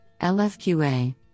LFQA